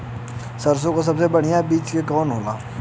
सरसों क सबसे बढ़िया बिज के कवन होला?